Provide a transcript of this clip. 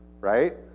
right